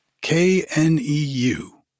K-N-E-U